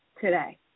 today